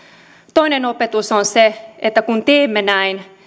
toinen opetus on se että kun teemme näin